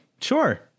sure